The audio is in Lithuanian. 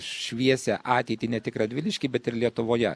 šviesią ateitį ne tik radvilišky bet ir lietuvoje